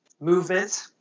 movement